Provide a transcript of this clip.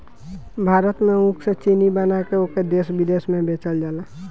भारत में ऊख से चीनी बना के ओके देस बिदेस में बेचल जाला